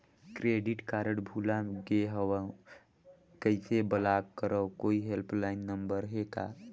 Credit card भुला गे हववं कइसे ब्लाक करव? कोई हेल्पलाइन नंबर हे का?